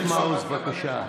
חבר הכנסת מעוז, בבקשה.